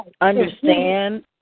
understand